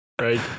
right